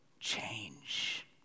change